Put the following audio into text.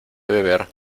beber